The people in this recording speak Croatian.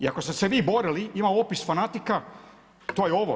I ako ste se vi borili ima opis fanatika to je ovo.